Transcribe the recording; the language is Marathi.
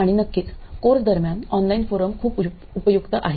आणि नक्कीच कोर्स दरम्यान ऑनलाइन फोरम खूप उपयुक्त आहे